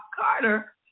Carter